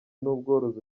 n’ubworozi